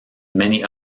many